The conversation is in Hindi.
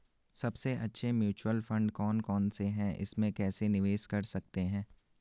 सबसे अच्छे म्यूचुअल फंड कौन कौनसे हैं इसमें कैसे निवेश कर सकते हैं?